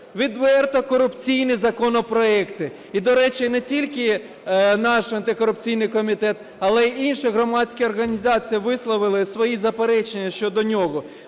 відверто корупційні законопроекти. І, до речі, не тільки наш антикорупційний комітет, але і інші громадські організації висловили свої заперечення щодо нього.